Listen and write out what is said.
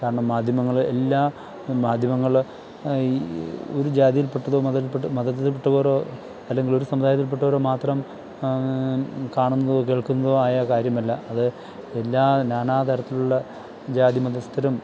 കാരണം മാധ്യമങ്ങൾ എല്ലാ മാധ്യമങ്ങൾ ഈ ഒരു ജാതിയില് പെട്ടതോ മതത്തിൽ പെട്ട് മതത്തില് പെട്ടവരോ അല്ലെങ്കിലൊരു സമുദായത്തില് പെട്ടവരോ മാത്രം കാണുന്നതോ കേൾക്കുന്നതോ ആയ കാര്യമല്ല അത് എല്ലാ നാനാ തരത്തിലുള്ള ജാതി മതസ്ഥരും